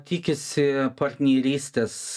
tikisi partnerystės